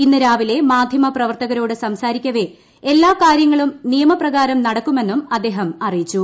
ഇന്ന് രാവിലെ മാധ്യമപ്രവർത്തകരോട് സംസാരിക്കവെ എല്ലാ കാര്യങ്ങളും നിയമപ്രകാരം നടക്കുമെന്നും അദ്ദേഹം അറിയിച്ചു